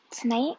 Tonight